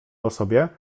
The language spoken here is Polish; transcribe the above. osobie